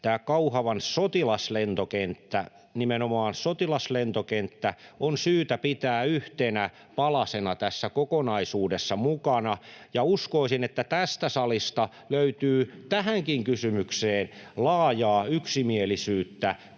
tämä Kauhavan sotilaslentokenttä, nimenomaan sotilaslentokenttä, on syytä pitää yhtenä palasena tässä kokonaisuudessa mukana, ja uskoisin, että tästä salista löytyy tähänkin kysymykseen laajaa yksimielisyyttä,